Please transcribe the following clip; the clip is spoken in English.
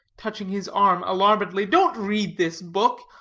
touching his arm alarmedly, don't read this book.